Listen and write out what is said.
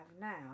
now